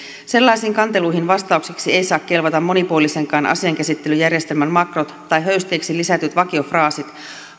sellaisiin kanteluihin vastaukseksi ei saa kelvata monipuolisenkaan asiankäsittelyjärjestelmän makrot tai höysteeksi lisätyt vakiofraasit